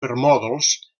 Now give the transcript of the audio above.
permòdols